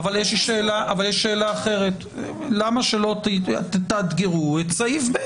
אבל אנחנו מרימים פה תמרור,